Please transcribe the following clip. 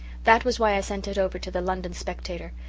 that was why i sent it over to the london spectator.